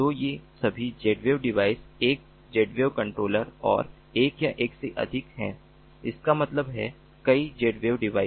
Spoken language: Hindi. तो ये सभी Zwave डिवाइस एक Zwave कंट्रोलर और एक या अधिक हैं इसका मतलब है कई Zwave डिवाइस